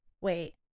wait